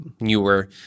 newer